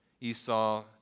Esau